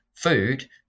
Food